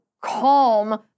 calm